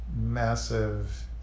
massive